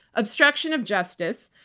obstruction of justice,